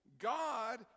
God